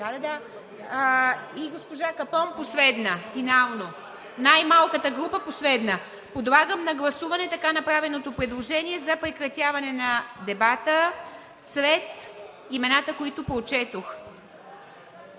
И госпожа Капон последна, финално. Най малката група последна. Подлагам на гласуване така направеното предложение за прекратяване на дебата след имената, които прочетох.